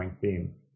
theme